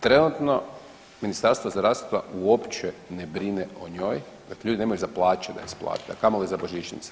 Trenutno Ministarstvo zdravstva uopće ne brine o njoj, dakle ljudi nemaju za plaće da isplate, a kamoli božićnice.